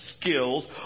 skills